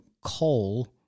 coal